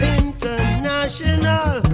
international